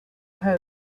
home